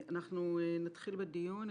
אנחנו נתחיל בדיון.